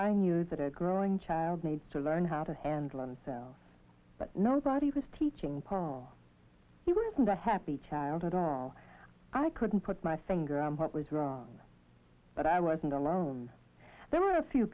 i knew that i growing child needs to learn how to handle on sound but nobody was teaching paul he wasn't a happy child at all i couldn't put my finger on what was wrong but i wasn't alone there were a few